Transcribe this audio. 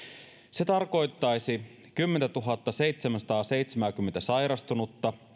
se tarkoittaisi kymmentätuhattaseitsemääsataaseitsemääkymmentä sairastunutta